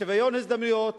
לשוויון הזדמנויות,